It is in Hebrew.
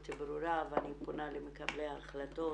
ברורה ואני פונה למקבלי ההחלטות.